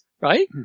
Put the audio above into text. Right